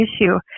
issue